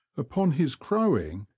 upon his crowing,